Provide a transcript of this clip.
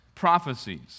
prophecies